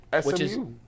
SMU